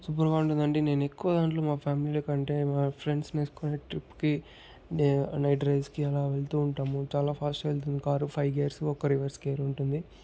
super గా ఉంటుందండి నేను ఎక్కువ దాంట్లో మా ఫ్యామిలీ కంటే మా ఫ్రెండ్స్ ని వేసుకొని ట్రిప్ కి నే నైట్ డ్రైవ్స్ కి అలా వెళ్తూ ఉంటాము చాలా ఫాస్ట్ గా వెళ్తుంది కారు ఫైవ్ గేర్స్ ఒక రివర్స్ గేరు ఉంటుంది